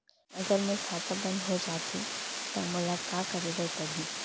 अगर मोर खाता बन्द हो जाथे त मोला का करे बार पड़हि?